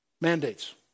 mandates